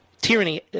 Tyranny